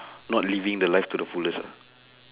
not living the life to the fullest uh